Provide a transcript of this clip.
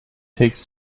takes